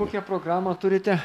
kokią programą turite